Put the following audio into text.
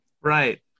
right